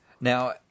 Now